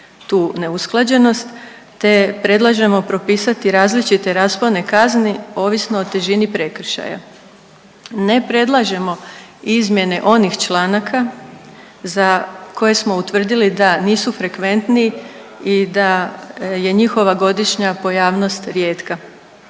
tu neusklađenost te predlažemo propisati različite raspone kazni ovisno o težini prekršaja. Ne predlažemo izmjene onih članaka za koje smo utvrdili da nisu frekventni i da je njihova godišnja pojavnost rijetka.